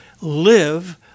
Live